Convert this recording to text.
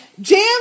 Jam